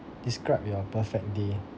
describe your perfect day